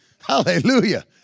Hallelujah